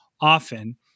often